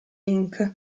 inc